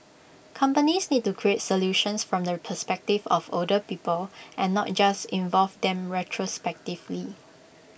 companies need to create solutions from the perspective of older people and not just involve them retrospectively